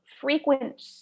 frequent